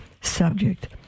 subject